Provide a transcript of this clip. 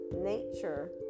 nature